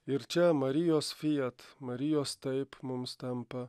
ir čia marijos fiat marijos taip mums tampa